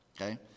okay